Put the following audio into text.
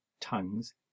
tongues